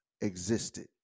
existed